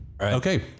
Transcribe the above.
Okay